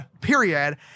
period